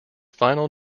final